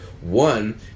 one